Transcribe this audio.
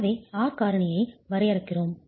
எனவே R காரணியை வரையறுக்கிறோம்